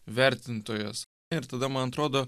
vertintojas ir tada man atrodo